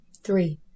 Three